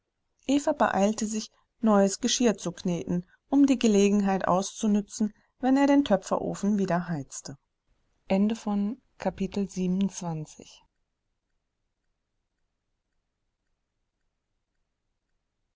beeilte sich neues geschirr zu kneten um die gelegenheit auszunützen wenn er den töpferofen wieder heizte